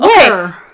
okay